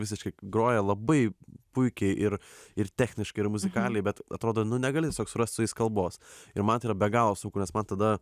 visiškai groja labai puikiai ir ir techniškai ir muzikaliai bet atrodo nu negali tiesiog surast su jais kalbos ir man tai yra be galo sunku nes man tada